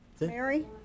Mary